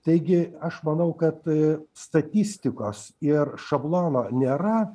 taigi aš manau kad statistikos ir šablono nėra